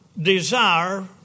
desire